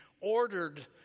ordered